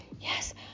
Yes